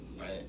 Right